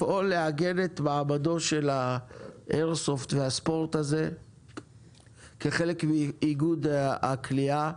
לפעול לעגן את מעמדו של האיירסופט והספורט הזה כחלק מאיגוד הקליעה,